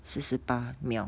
四十八秒